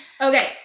Okay